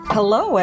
Hello